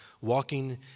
walking